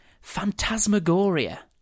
Phantasmagoria